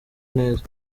neza